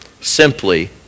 simply